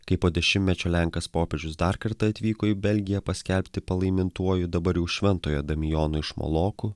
kai po dešimtmečio lenkas popiežius dar kartą atvyko į belgiją paskelbti palaimintuoju dabar jau šventojo damijono iš malokų